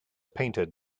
painted